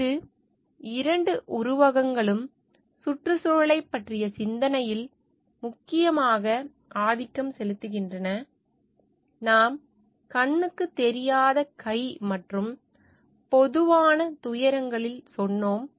இந்த இரண்டு உருவகங்களும் சுற்றுச்சூழலைப் பற்றிய சிந்தனையில் முக்கியமாக ஆதிக்கம் செலுத்துகின்றன நாம் கண்ணுக்குத் தெரியாத கை மற்றும் பொதுவான துயரங்களில் சொன்னோம்